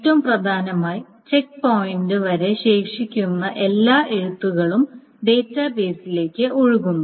ഏറ്റവും പ്രധാനമായി check point വരെ ശേഷിക്കുന്ന എല്ലാ എഴുത്തുകളും ഡാറ്റാബേസിലേക്ക് ഒഴുകുന്നു